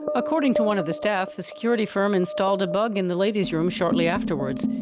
ah according to one of the staff, the security firm installed a bug in the ladies' room shortly afterwards,